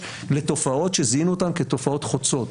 אישור מראש, לתופעות שזיהינו אותן כתופעות חוצות.